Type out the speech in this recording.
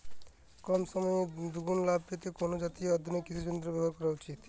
কম সময়ে দুগুন লাভ পেতে কোন জাতীয় আধুনিক কৃষি যন্ত্র ব্যবহার করা উচিৎ?